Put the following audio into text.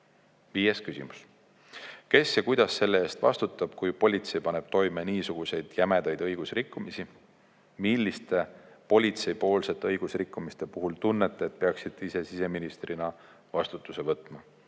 Viies küsimus: "Kes ja kuidas selle eest vastutab, kui politsei paneb toime niisuguseid jämedaid õigusrikkumisi? Milliste politsei poolsete õigusrikkumiste puhul tunnete, et peaksite ise siseministrina vastutuse võtma?